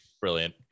Brilliant